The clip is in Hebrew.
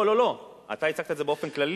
אני לא, לא לא לא, אתה הצגת את זה באופן כללי,